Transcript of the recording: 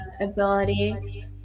ability